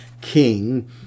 king